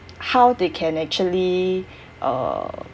how they can actually uh